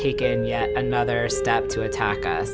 taken yet another step to attack us